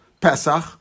Pesach